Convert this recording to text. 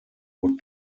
would